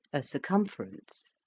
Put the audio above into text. a circumference.